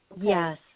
Yes